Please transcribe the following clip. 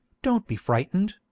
don't be frightened